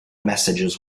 messages